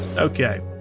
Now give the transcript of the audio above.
okay.